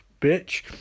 bitch